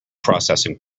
processing